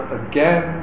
again